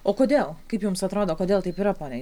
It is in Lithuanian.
o kodėl kaip jums atrodo kodėl taip yra pone